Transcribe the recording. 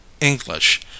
English